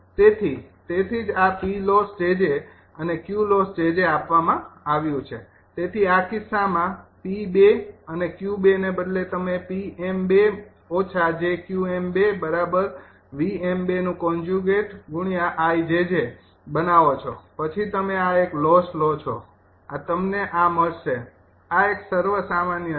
તેથી તેથી જ આ અને આપવામાં આવ્યું છે તેથી આ કિસ્સામાં 𝑃૨ અને 𝑄૨ ને બદલે તમે બનાવો છો પછી તમે આ એક લોસ લો છો આ તમને આ મળશે આ એક સર્વસામાન્ય છે